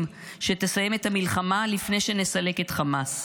שתסיים את המלחמה לפני שנסלק את חמאס.